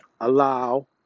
allow